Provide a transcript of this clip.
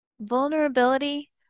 Vulnerability